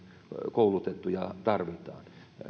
koulutettu ja tarvitaan